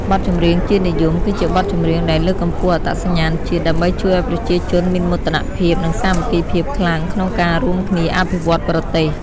បទចម្រៀងជាតិនិយម គឺជាបទចម្រៀងដែលលើកកម្ពស់អត្តសញ្ញាណជាតិ ដើម្បីជួយឱ្យប្រជាជនមានមោទនភាព និងសាមគ្គីភាពខ្លាំងក្នុងការរួមគ្នាអភិវឌ្ឍប្រទេស។